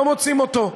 לא מוצאים אותו,